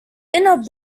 inner